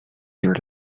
your